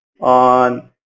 on